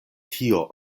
tio